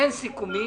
אין סיכומים.